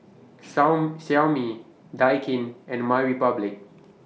Xiaomi Daikin and MyRepublic